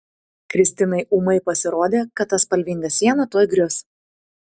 kristinai ūmai pasirodė kad ta spalvinga siena tuoj grius